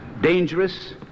dangerous